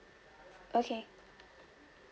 okay